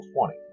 twenty